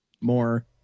More